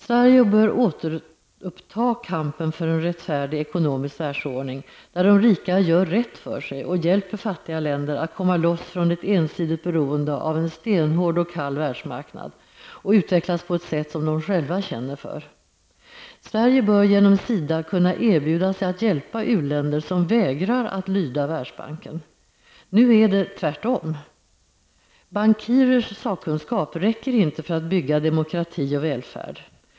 Sverige bör återuppta kampen för en rättfärdig ekonomisk världsordning, där de rika gör rätt för sig och hjälper fattiga länder att komma loss från ett ensidigt beroende av en stenhård och kall världsmarknad, så att de kan utvecklas på ett sätt som de själva känner för. Sverige bör genom SIDA kunna erbjuda sig att hjälpa u-länder som vägrar att lyda Världsbanken. Nu är förhållandet det motsatta. Bankirers sakkunskap räcker inte för att bygga demokrati och välfärd.